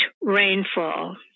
Rainfall